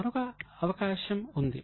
మరొక అవకాశం ఉంది